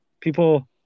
People